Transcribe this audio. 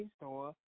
store